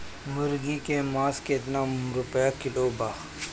मुर्गी के मांस केतना रुपया किलो बा?